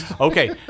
Okay